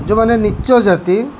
ଯେଉଁମାନେ ନୀଚ ଜାତି